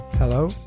Hello